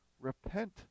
repent